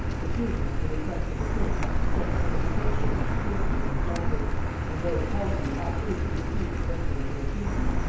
the queen, at the request of the prince, sent plenipotentiaries to treat with him in flanders and though the hollanders absolutely refused to enter into the treaty,